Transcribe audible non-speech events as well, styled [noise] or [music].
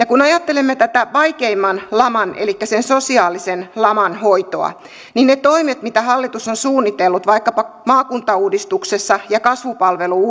[unintelligible] kun ajattelemme tätä vaikeimman laman elikkä sen sosiaalisen laman hoitoa niin ne toimet mitä hallitus on suunnitellut vaikkapa maakuntauudistuksessa ja kasvupalvelu [unintelligible]